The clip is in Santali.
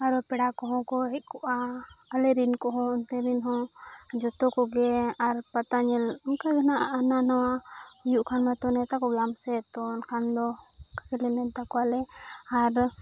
ᱟᱨᱦᱚᱸ ᱯᱮᱲᱟ ᱠᱚᱦᱚᱸ ᱠᱚ ᱦᱮᱡ ᱠᱚᱜᱼᱟ ᱟᱞᱮᱨᱤᱱ ᱠᱚᱦᱚᱸ ᱚᱱᱛᱮ ᱨᱤᱱ ᱦᱚᱸ ᱡᱚᱛᱚ ᱠᱚᱜᱮ ᱟᱨ ᱯᱟᱛᱟ ᱧᱮᱞ ᱚᱱᱠᱟ ᱫᱚ ᱱᱟᱦᱟᱜ ᱦᱟᱱᱟᱼᱱᱷᱟᱣᱟ ᱦᱩᱭᱩᱜ ᱠᱷᱟᱱ ᱢᱟᱛᱚ ᱱᱮᱶᱛᱟ ᱠᱚᱜᱮᱭᱟᱢ ᱥᱮ ᱛᱳ ᱮᱱᱠᱷᱟᱱ ᱫᱚ ᱞᱮ ᱱᱮᱣᱛᱟ ᱠᱚᱣᱟᱞᱮ ᱟᱨ